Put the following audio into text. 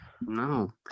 No